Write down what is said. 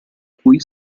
cui